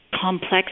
complex